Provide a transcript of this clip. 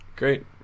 great